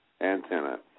antenna